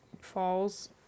falls